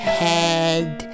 head